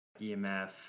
EMF